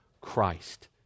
Christ